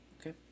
okay